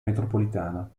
metropolitana